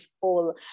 full